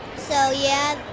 so yeah,